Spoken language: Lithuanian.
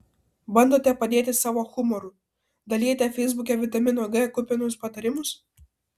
bandote padėti savo humoru dalijate feisbuke vitamino g kupinus patarimus